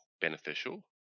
beneficial